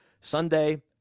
Sunday